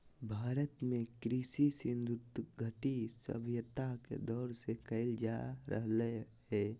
भारत में कृषि सिन्धु घटी सभ्यता के दौर से कइल जा रहलय हें